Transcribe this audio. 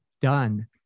done